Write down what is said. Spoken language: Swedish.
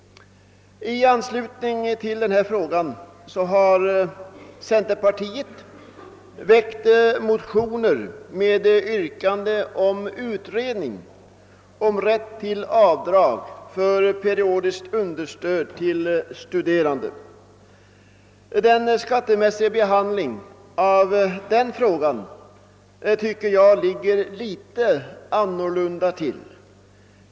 I anslutning till propositionen har centerpartiet väckt motioner med yrkanden om utredning av rätt till avdrag för periodiskt understöd till studerande. Den frågan tycker jag ligger litet annorlunda till.